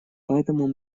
поэтому